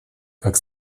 как